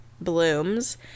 blooms